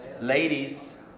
ladies